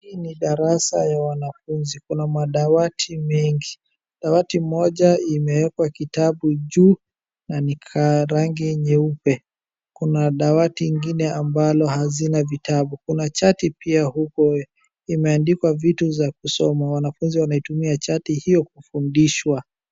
Hii ni darasa ya wanafunzi, kuna madawati mengi. Dawati moja imeekwa kitabu juu na ni ka rangi nyeupe. Kuna dawati ingine ambalo hazina vitabu. Kuna chati pia huko imeandikwa vitu za kusoma. Wanafunzi wanaitumia chati hiyo kufundishwa.